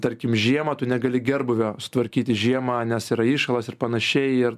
tarkim žiemą tu negali gerbūvio sutvarkyti žiemą nes yra įšalas ir panašiai ir